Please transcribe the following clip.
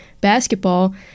basketball